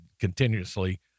continuously